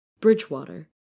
Bridgewater